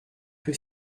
peu